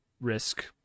risk